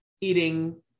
eating